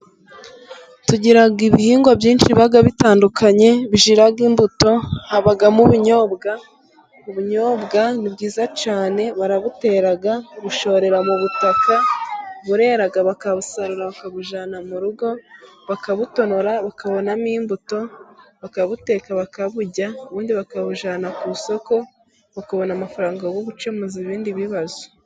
Tugira ibihingwa byinshi biba bitandukanye bigira imbuto habamo ubunyobwa; ubunyobwa ni bwiza cyane barabutera, bushorera mu butaka burera bakabusarura, bakabujyana mu rugo, bakabutonora, bakabonamo imbuto, bakabuteka bakaburya ubundi bakabujyana ku isoko, bakabona amafaranga yo gukemuza ibindi bibazo.